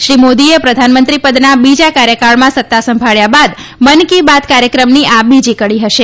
શ્રી મોદીએ પ્રધાનમંત્રી પદના બીજા કાર્યકાળમાં સત્તા સંભાળ્યા બાદ મન કી બાત કાર્યક્રમની આ બીજી કડી હશે